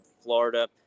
Florida